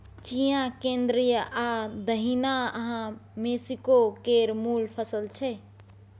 चिया केंद्रीय आ दछिनाहा मैक्सिको केर मुल फसल छै